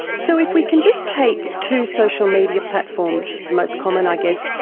so if we can just take two social media platforms, most common i guess,